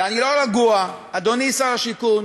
ואני לא רגוע, אדוני שר השיכון,